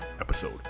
episode